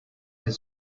had